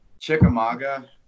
Chickamauga